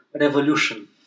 revolution